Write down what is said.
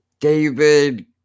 David